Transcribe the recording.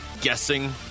guessing